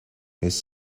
his